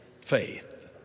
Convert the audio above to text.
faith